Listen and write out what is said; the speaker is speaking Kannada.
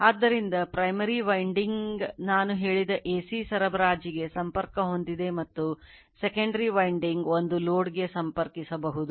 ಆದ್ದರಿಂದ primary ಗೆ ಸಂಪರ್ಕಿಸಬಹುದು